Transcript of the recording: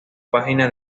página